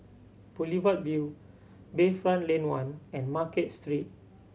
Boulevard Vue Bayfront Lane One and Market Street